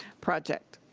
project.